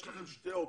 יש לכם שתי אופציות,